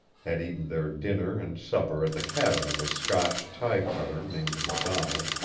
had eaten their dinner and supper at the cabin of a scotch tie-cutter named macdonald,